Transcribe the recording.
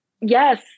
Yes